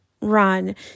run